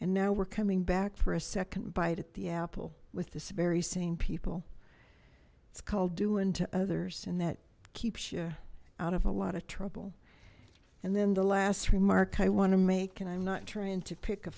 and now we're coming back for a second bite at the apple with this very same people it's called do unto others and that keeps you out of a lot of trouble and then the last remark i want to make and i'm not trying to pick a